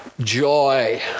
joy